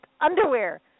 underwear